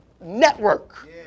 network